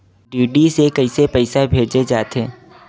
DD से कइसे पईसा भेजे जाथे?